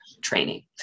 training